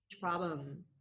problem